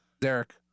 Derek